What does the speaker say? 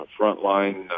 frontline